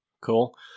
Cool